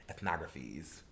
ethnographies